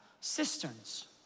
cisterns